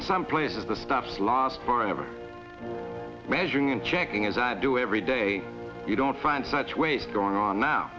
in some places the stuff's lost forever measuring and checking as i do every day you don't find such waste going on now